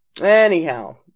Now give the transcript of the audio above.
anyhow